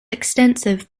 extensive